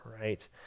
right